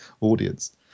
audience